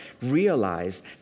realized